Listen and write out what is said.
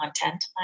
content